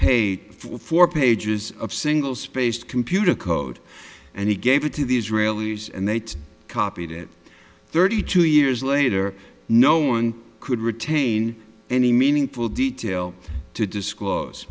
full four pages of single spaced computer code and he gave it to the israelis and they copied it thirty two years later no one could retain any meaningful detail to disclose